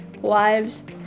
wives